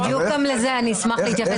לסוגיה הזאת של מי יעקוב בבית הזה אחרי